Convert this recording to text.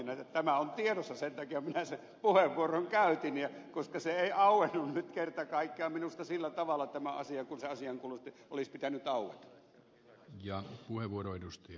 sen takia minä sen puheenvuoron käytin koska tämä asia ei auennut nyt kerta kaikkiaan minusta sillä tavalla kuin sen asiaankuuluvasti olisi pitänyt aueta